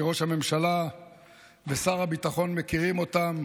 שראש הממשלה ושר הביטחון מכירים אותן,